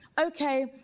okay